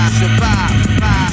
survive